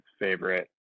favorite